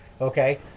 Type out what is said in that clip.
Okay